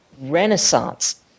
renaissance